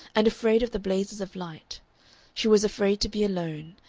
and afraid of the blazes of light she was afraid to be alone,